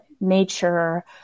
nature